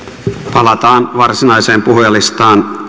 palataan varsinaiseen puhujalistaan